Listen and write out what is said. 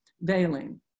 veiling